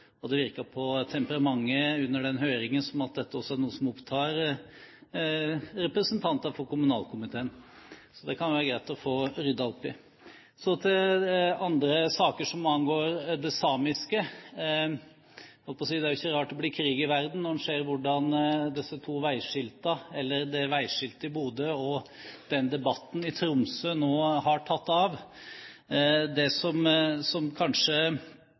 Men det virker som dette er en problemstilling som det er stor interesse for. Det virket på temperamentet under høringen som om dette er noe som opptar representanter for kommunalkomiteen, og det kan det være greit å få ryddet opp i. Så til andre saker som angår det samiske: Jeg holdt på å si at det ikke er rart det blir krig i verden, når en ser hvordan debatten om veiskiltet i Bodø og debatten i Tromsø nå har tatt av. Det som det kanskje